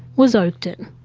was oakden.